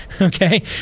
Okay